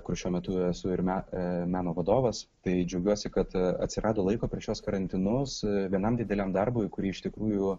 kur šiuo metu esu ir me e meno vadovas tai džiaugiuosi kad atsirado laiko per šiuos karantinus vienam dideliam darbui kurį iš tikrųjų